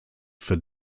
for